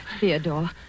Theodore